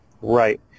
Right